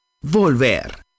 Volver